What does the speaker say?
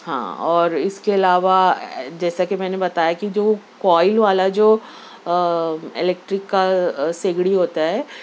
ہاں اور اِس کے علاوہ جیسے کہ میں نے بتایا کہ جو کوئل والا جو الیکٹرک کا سیگڑی ہوتا ہے